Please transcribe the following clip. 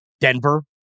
Denver